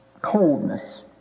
coldness